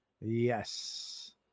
Yes